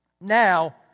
Now